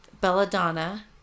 belladonna